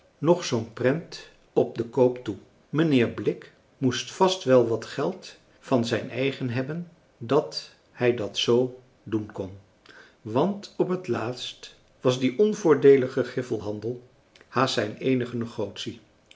nog zoo'n prent op den koop toe mijnheer blik moest vast wel wat geld van zijn eigen hebben dat hij dat zoo doen kon want op het laatst was die onvoordeelige griffelhandel haast zijn eenige negotie